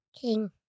King